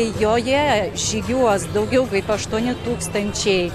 joje žygiuos daugiau kaip aštuoni tūkstančiai